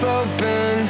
open